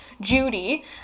Judy